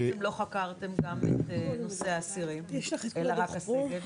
למה לא חקרתם גם את נושא האסירים אלא רק את הסגל?